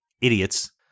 Idiots